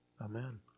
Amen